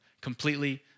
completely